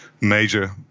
major